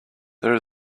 there